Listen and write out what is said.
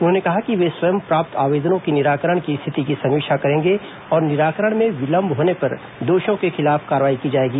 उन्होंने कहा कि वे स्वयं प्राप्त आवेदनों के निराकरण की स्थिति की समीक्षा करेंगे और निराकरण में विलम्ब होने पर दोषियों के खिलाफ कार्रवाई की जाएगी